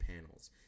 panels